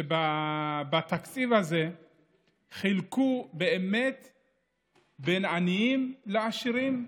שבתקציב הזה חילקו באמת באמת בין עניים לעשירים.